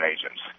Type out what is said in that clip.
agents